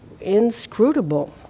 inscrutable